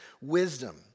wisdom